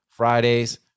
Fridays